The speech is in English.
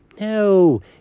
No